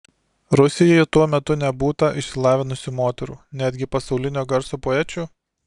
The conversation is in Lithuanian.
rusijoje tuo metu nebūta išsilavinusių moterų netgi pasaulinio garso poečių